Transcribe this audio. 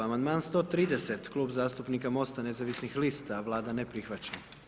Amandman 130., Klub zastupnika MOST-a nezavisnih lista, Vlada ne prihvaća.